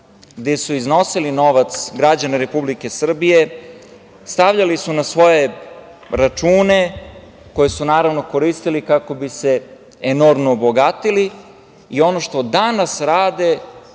gde su iznosili novac građana Republike Srbije. Stavljali su na svoje račune koje su, naravno, koristili kako bi se enormno obogatili i ono što danas rade